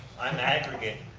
i'm aggregate.